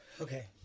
Okay